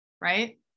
right